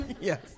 Yes